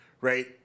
right